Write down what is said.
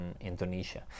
indonesia